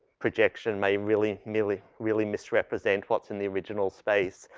projection may really, really, really misrepresent what's in the original space.